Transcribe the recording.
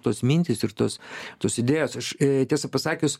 tos mintys ir tos susidėjęs aš tiesą pasakius